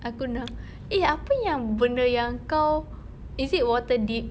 aku nak eh apa yang benda yang kau is it water dip